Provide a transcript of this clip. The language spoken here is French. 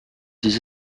des